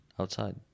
Outside